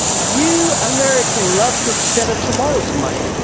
you american love to spend it tomorrow's money